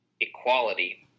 equality